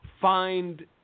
find